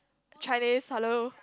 Chinese hello